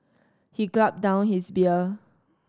he gulped down his beer